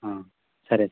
సరే